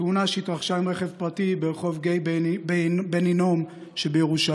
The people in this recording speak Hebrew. בתאונה שהתרחשה עם רכב פרטי ברחוב גיא בן הינום שבירושלים.